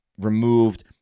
removed